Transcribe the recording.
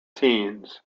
teens